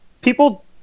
people